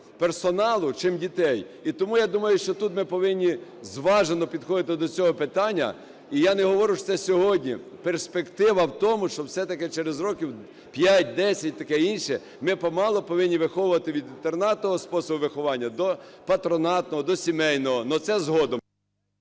персоналу, чим дітей. І тому я думаю, що тут ми повинні зважено підходити до цього питання, і я не говорю, що це сьогодні. Перспектива в тому, щоб все-таки через років 5-10 і таке інше ми помалу повинні виховувати від інтернатного способу виховання до патронатного, до сімейного, но це згодом.